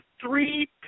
three